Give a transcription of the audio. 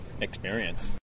experience